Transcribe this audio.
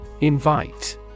Invite